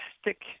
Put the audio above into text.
stick